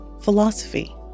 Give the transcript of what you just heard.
philosophy